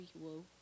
whoa